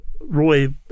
Roy